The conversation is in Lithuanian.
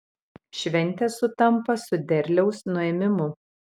šventė sutampa su derliaus nuėmimu